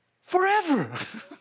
forever